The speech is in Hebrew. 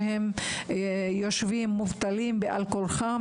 והם מובטלים בעל כורחם